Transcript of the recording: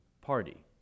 party